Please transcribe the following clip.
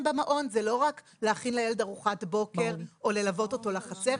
במעון זה לא רק להכין לילד ארוחת בוקר או ללוות אותו לחצר,